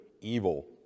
evil